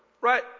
right